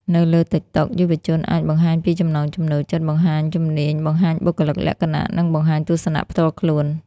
នៅលើ TikTok យុវជនអាច បង្ហាញពីចំណង់ចំណូលចិត្ត បង្ហាញជំនាញ បង្ហាញបុគ្គលិកលក្ខណៈ និងបង្ហាញទស្សនៈផ្ទាល់ខ្លួន។